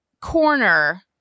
corner